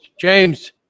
James